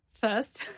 First